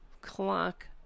clock